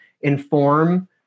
inform